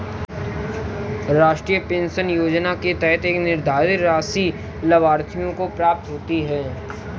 राष्ट्रीय पेंशन योजना के तहत एक निर्धारित राशि लाभार्थियों को प्राप्त होती है